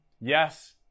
Yes